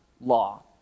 law